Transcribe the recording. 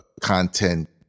content